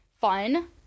Fun